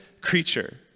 creature